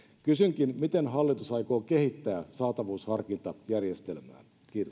kysynkin miten hallitus aikoo kehittää saatavuusharkintajärjestelmää